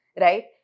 right